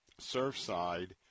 Surfside